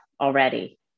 already